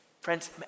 Friends